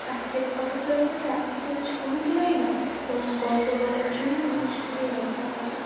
আজকের ফটোগ্রাফাররা কেবল ছবি তোলাই নয় বরং গল্প বলার জন্যও ছবি ব্যবহার করে